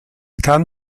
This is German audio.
kann